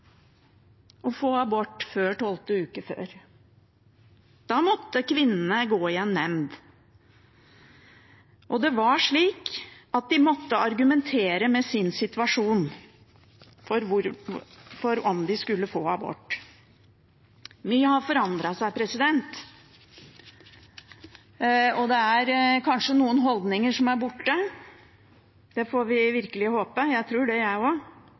å få abort før tolvte uke. Da måtte kvinnene gå i en nemnd, og de måtte argumentere med sin situasjon for å få abort. Mye har forandret seg, og det er kanskje noen holdninger som er borte. Det får vi virkelig håpe. Jeg tror det, jeg også. Men det å brette ut sin personlige situasjon, fornedre seg sjøl og